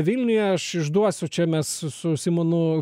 vilniuje aš išduosiu čia mes su simonu